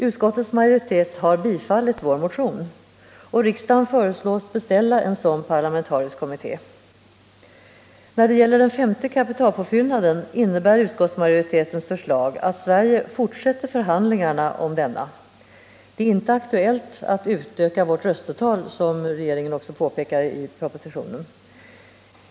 Utskottets majoritet har biträtt vår motion, och riksdagen föreslås beställa en sådan parlamentarisk kommitté. När det gäller den femte kapitalpåfyllnaden innebär utskottsmajoritetens förslag att Sverige fortsätter förhandlingarna om denna. Det är inte aktuellt att utöka vårt röstetal, som regeringen också påpekar i propositionen.